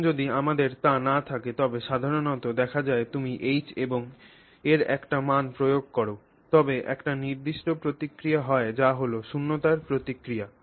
এখন যদি আমাদের তা না থাকে তবে সাধারণত দেখা যায় তুমি যদি H এর একটা মান প্রয়োগ কর তবে একটি নির্দিষ্ট প্রতিক্রিয়া হয় যা হল শূন্যতার প্রতিক্রিয়া